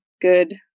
good